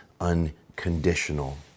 unconditional